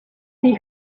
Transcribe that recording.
see